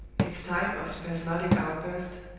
its time of spasmodic outburst,